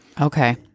Okay